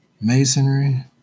masonry